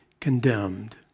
condemned